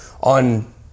On